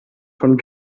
von